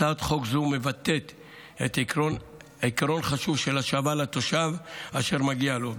הצעת חוק זו מבטאת עיקרון חשוב של השבה לתושב את אשר מגיע לו.